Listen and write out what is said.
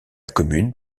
commune